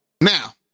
Now